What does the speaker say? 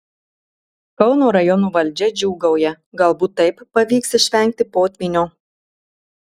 kauno rajono valdžia džiūgauja galbūt taip pavyks išvengti potvynio